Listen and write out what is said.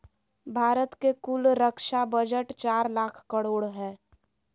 भारत के कुल रक्षा बजट चार लाख करोड़ हय